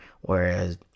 Whereas